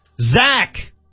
Zach